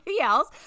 else